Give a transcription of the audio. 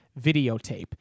videotape